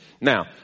now